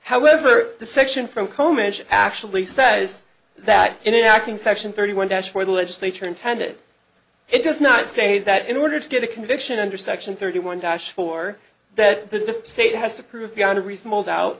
however the section from co manage actually says that in acting section thirty one dash where the legislature intended it does not say that in order to get a conviction under section thirty one dash for that the state has to prove beyond a reasonable doubt